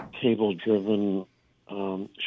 cable-driven